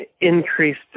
increased